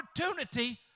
opportunity